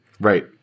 Right